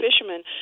fishermen